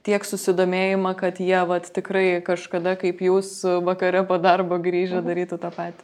tiek susidomėjimą kad jie vat tikrai kažkada kaip jūs vakare po darbo grįžę darytų tą patį